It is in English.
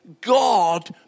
God